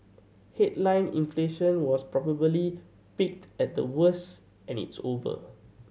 headline inflation was probably peaked and the worst and it's over